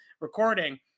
recording